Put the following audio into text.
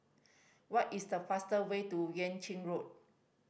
what is the fastest way to Yuan Ching Road